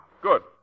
Good